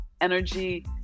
energy